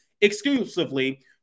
exclusively